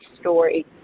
story